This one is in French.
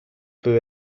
peut